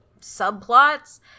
subplots